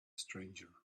stranger